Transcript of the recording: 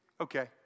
Okay